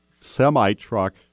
semi-truck